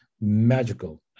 magical